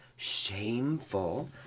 shameful